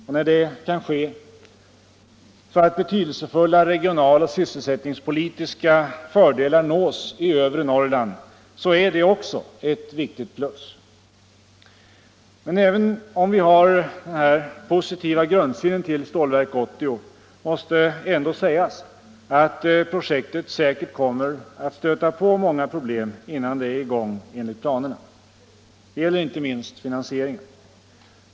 Och när därigenom betydelsefulla regionaloch sysselsättningspolitiska fördelar kan nås i övre Norrland, så är också det ett viktigt plus. Men även om vi har denna positiva grundsyn till Stålverk 80 måste ändå sägas att projektet säkert kommer att stöta på många problem innan det är i gång enligt planerna. Detta gäller inte minst finansieringen.